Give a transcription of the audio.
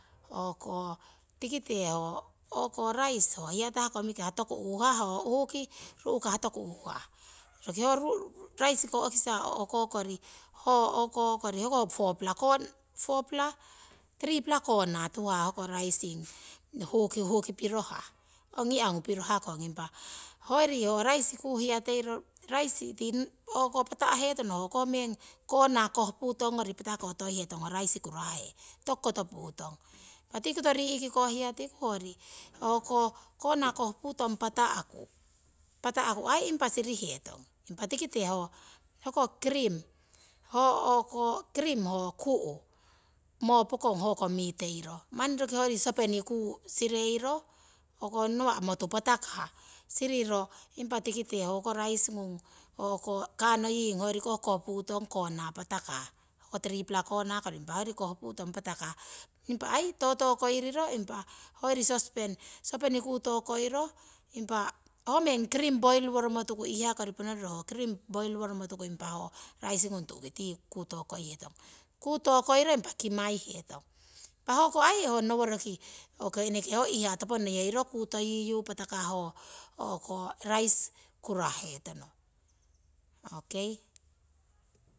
Tikite ho raisi ho hiyatah komikah, toku uuhah ho huu ki ru'kah toku uuhah roki ho raisi ko'kisa o'ko kori hoko popara kona kori tiripara kona tuhah ho raisi tu'ki. ongi angu pirohakong impa hoyori ho raisi kuu hiyateiro raisi tii pata'hetono ho koh meng kona hoh putong ngori patakotoihetong ho raisi kurah he toku koto putong. ngori impa tiki koto rii'ki ho hiya tiku kona kohputong ai impa sirihetong, impa tikite ho o'ko ho ku' moo pokong hoko miteiro manni roki hoyori sosopeni kuu siriro. nawa' motu patakah siriro impa tikite hokoh raisi ngung kanoying hoyori koh, koh putong kona patakah ho tiripara kona kori impa hoyori kohtukong kona patakah impa. totokoiro impa hoyori sosopeni kuu tokoiro impa ho meng cream poiriworomo tuku iihaa kori ponoriro impa ho cream poiri woromo tuku impa ho raisi ngung tu'ki tii kuu. tokoihetong kuu tokoiro impa kimaihetong, impa hoko ai hoo noworiki roki ho iihaa neyeiro kutoyiyu patakah hoo raisi kura'hetono